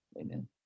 Amen